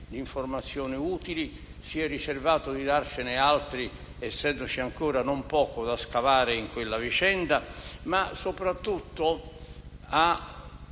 di informazione utili e si è riservato di darcene altri, essendoci ancora non poco da scavare in quella vicenda. Soprattutto,